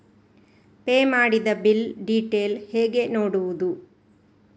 Pay ಮಾಡಿದ bill detail ಹೇಗೆ ನೋಡುವುದು?